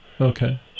Okay